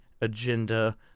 agenda